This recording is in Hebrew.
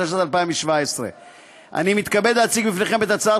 התשע"ז 2017. אני מתכבד להציג בפניכם את הצעת